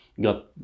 got